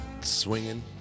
swinging